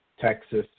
Texas